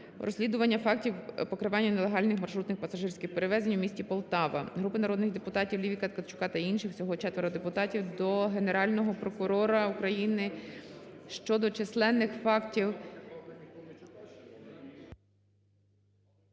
розслідування фактів покривання нелегальних маршрутних пасажирських перевезень у місті Полтава. Групи народних депутатів (Лівіка, Ткачука та інших. Всього 4 депутатів) до Генерального прокурора України щодо численних фактів…